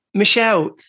Michelle